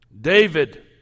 David